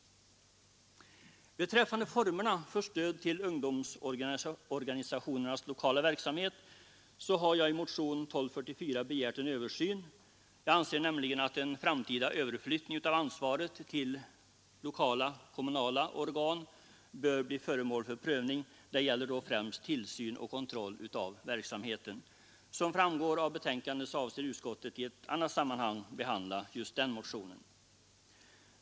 Beträffande formerna för stödet till ungdomsorganisationernas lokala verksamhet har jag i motionen 1244 begärt en översyn. Jag anser nämligen att en framtida överflyttning av ansvaret till lokala kommunala organ bör bli föremål för prövning. Det gäller då främst tillsyn och kontroll av verksamheten. Som framgår av betänkandet avser utskottet att i ett senare sammanhang behandla just denna motion.